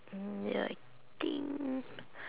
ya I think